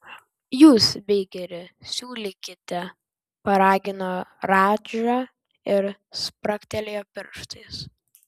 jūs beikeri siūlykite paragino radža ir spragtelėjo pirštais